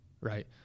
right